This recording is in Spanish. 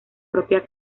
propia